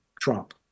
Trump